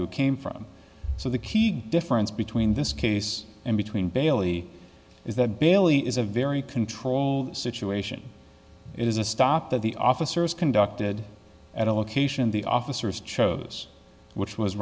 who came from so the key difference between this case and between bailey is that bailey is a very controlled situation it is a stop that the officers conducted at a location the officers chose which was